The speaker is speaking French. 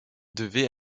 devait